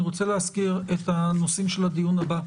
אני רוצה להזכיר את הנושאים של הדיון הבא.